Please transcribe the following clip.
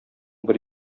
бер